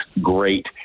great